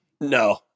No